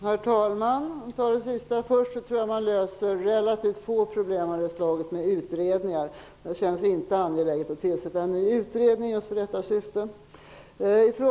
Herr talman! Jag besvarar den andra frågan först. Jag tror att man löser relativt få problem av det här slaget genom utredningar. Det känns inte angeläget att tillsätta en ny utredning för just detta syfte.